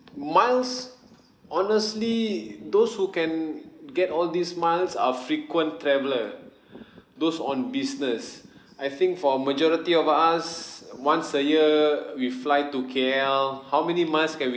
miles honestly those who can get all these miles are frequent traveller those on business I think for majority of us once a year we fly to K_L how many months can we